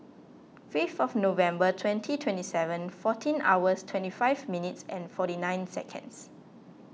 fifth November twenty twenty seven fourteen hours twenty five minutes forty nine seconds